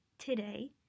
Today